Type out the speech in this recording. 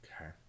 Okay